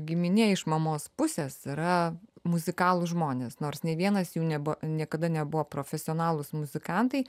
giminė iš mamos pusės yra muzikalūs žmonės nors nei vienas jų nebuvo niekada nebuvo profesionalūs muzikantai